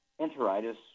enteritis